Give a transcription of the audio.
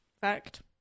Fact